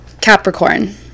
Capricorn